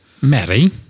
Mary